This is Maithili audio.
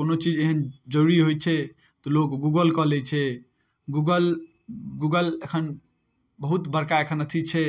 कोनो चीज एहन जरूरी होइ छै तऽ लोक गूगल कऽ लै छै गूगल गूगल एखन बहुत बड़का एखन अथी छै